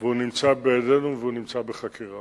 הוא נמצא בידינו והוא בחקירה.